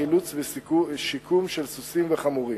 חילוץ ושיקום של סוסים וחמורים.